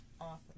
awesome